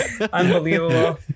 unbelievable